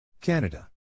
Canada